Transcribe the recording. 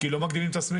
כי לא מגדילים את השמיכה.